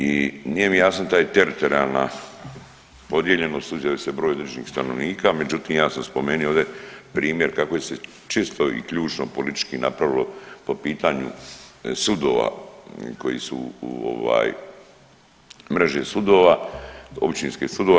I nije mi jasna ta teritorijalna podijeljenost, uzeli ste broj određenih stanovnika, međutim ja sam spomenuo ovdje primjer kako je se čisto i ključno politički napravilo po pitanju sudova koji su mreže sudova, općinskih sudova.